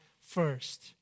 first